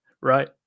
right